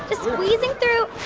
ah squeezing through.